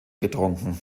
getrunken